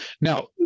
Now